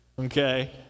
okay